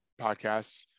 podcasts